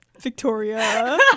victoria